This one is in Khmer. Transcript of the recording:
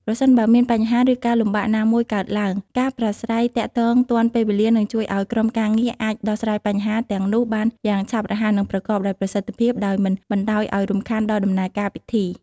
ប្រសិនបើមានបញ្ហា ឬការលំបាកណាមួយកើតឡើង ការប្រាស្រ័យទាក់ទងទាន់ពេលវេលា នឹងជួយឱ្យក្រុមការងារអាច ដោះស្រាយបញ្ហា ទាំងនោះបានយ៉ាងឆាប់រហ័ស និងប្រកបដោយប្រសិទ្ធភាព ដោយមិនបណ្ដោយឱ្យរំខានដល់ដំណើរការពិធី។